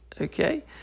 Okay